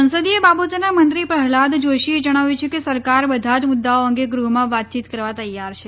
સંસદીય બાબતોના મંત્રી પ્રહલાદ જોશીએ જણાવ્યું છે કે સરકાર બધા જ મુદ્દાઓ અંગે ગૃહ્માં વાતચીત કરવા તૈયાર છે